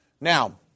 Now